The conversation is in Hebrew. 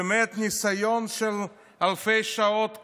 באמת, ניסיון של אלפי שעות קרב,